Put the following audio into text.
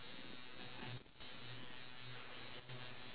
we have to reach vivo at nine